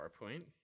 PowerPoint